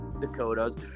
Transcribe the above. Dakotas